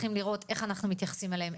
צריכים לרות איך אנו מתייחסים אליהם,